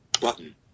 Button